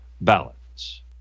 ballots